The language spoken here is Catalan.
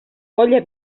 olla